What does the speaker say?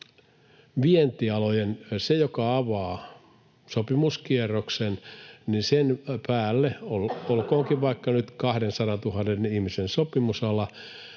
joka avaa sopimuskierroksen — olkoonkin vaikka nyt 200 000 ihmisen sopimusala